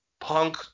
Punk